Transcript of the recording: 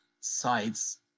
sides